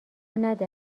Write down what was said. نده